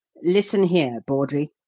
listen here, bawdrey.